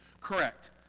Correct